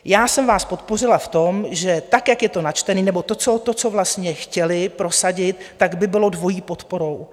Já jsem vás podpořila v tom, že tak, jak je to načtené, nebo to, co to co vlastně chtěli prosadit, by bylo dvojí podporou.